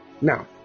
now